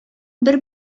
бер